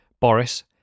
boris